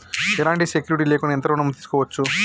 ఎలాంటి సెక్యూరిటీ లేకుండా ఎంత ఋణం తీసుకోవచ్చు?